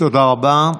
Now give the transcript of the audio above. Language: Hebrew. תודה רבה.